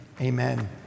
amen